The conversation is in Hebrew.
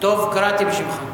קראתי בשמך.